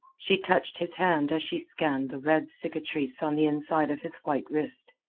she touched his hand as she scanned the red cicatrice on the inside of his white wrist.